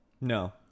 No